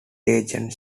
agent